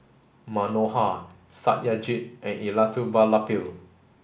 Manohar Satyajit and Elattuvalapil